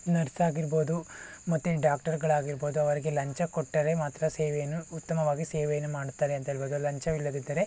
ನರ್ಸಾಗಿರ್ಬೋದು ಮತ್ತೆ ಡಾಕ್ಟರ್ಗಳಾಗಿರ್ಬೋದು ಅವರಿಗೆ ಲಂಚ ಕೊಟ್ಟರೆ ಮಾತ್ರ ಸೇವೆಯನ್ನು ಉತ್ತಮವಾಗಿ ಸೇವೆಯನ್ನು ಮಾಡುತ್ತಾರೆ ಅಂಥೇಳ್ಬೋದು ಲಂಚ ಇಲ್ಲದಿದ್ದರೆ